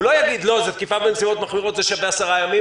הוא לא יגיד תקיפה בנסיבות מחמירות זה שווה עשרה ימים